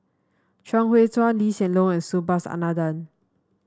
Chuang Hui Tsuan Lee Hsien Loong and Subhas Anandan